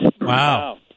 Wow